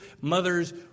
mother's